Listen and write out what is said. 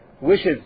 wishes